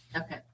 Okay